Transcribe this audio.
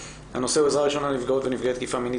בנושא: עזרה ראשונה לנפגעות ולנפגעי תקיפה מינית